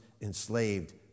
enslaved